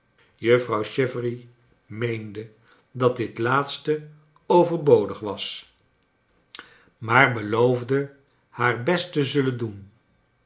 juffrouw chivery meende dat dit laatste overbodig was maar beloofde baar best te zullen doen